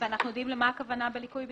אנחנו יודעים למה הכוונה בליקוי בטיחות?